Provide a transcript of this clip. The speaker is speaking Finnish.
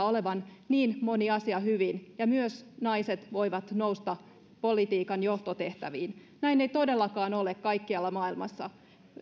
olevan niin moni asia hyvin ja myös naiset voivat nousta politiikan johtotehtäviin näin ei todellakaan ole kaikkialla maailmassa